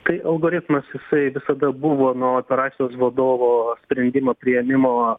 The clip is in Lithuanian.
kai algoritmas jisai visada buvo nuo operacijos vadovo sprendimo priėmimo